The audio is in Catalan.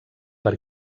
per